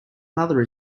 another